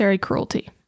cruelty